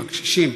בקשישים: